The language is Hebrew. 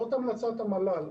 זאת המלצת המל"ל.